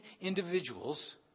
individuals